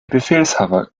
befehlshaber